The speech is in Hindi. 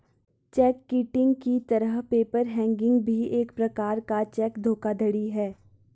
चेक किटिंग की तरह पेपर हैंगिंग भी एक प्रकार का चेक धोखाधड़ी है